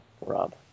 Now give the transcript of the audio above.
Rob